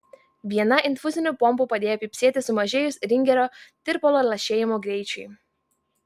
viena infuzinių pompų padėjo pypsėti sumažėjus ringerio tirpalo lašėjimo greičiui